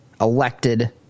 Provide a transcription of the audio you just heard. elected